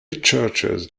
churches